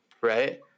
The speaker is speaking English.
right